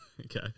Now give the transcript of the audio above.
Okay